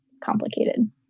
complicated